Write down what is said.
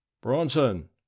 Bronson